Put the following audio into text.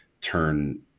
turn